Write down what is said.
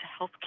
healthcare